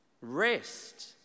Rest